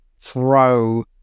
Throw